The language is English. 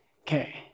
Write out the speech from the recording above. Okay